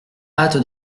hâte